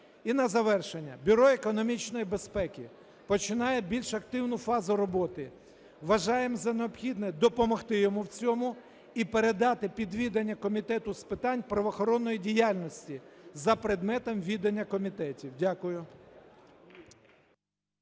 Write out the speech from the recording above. І на завершення. Бюро економічної безпеки починає більш активну фазу роботи. Вважаємо за необхідне допомогти йому в цьому і передати під відання Комітету з питань правоохоронної діяльності за предметом відання комітетів. Дякую.